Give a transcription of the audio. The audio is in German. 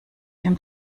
dem